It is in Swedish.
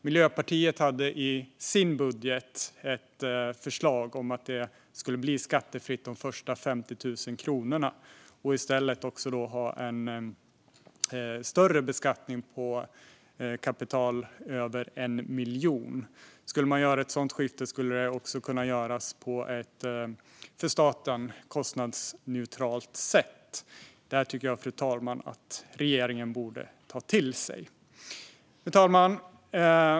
Miljöpartiet hade i sin budget ett förslag om att det skulle bli skattefritt för de första 50 000 kronorna och att det i stället skulle göras en större beskattning av kapital över 1 miljon. Om man gör ett sådant skifte skulle det kunna göras på ett för staten kostnadsneutralt sätt. Det tycker jag att regeringen borde ta till sig. Fru talman!